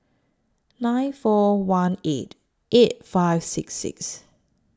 nine one four eight eight five six six